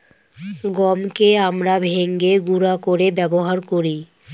গমকে আমরা ভেঙে গুঁড়া করে ব্যবহার করি